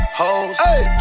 hoes